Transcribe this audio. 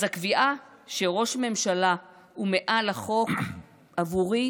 אז הקביעה שראש ממשלה הוא מעל החוק עבורי